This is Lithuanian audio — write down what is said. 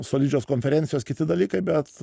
solidžios konferencijos kiti dalykai bet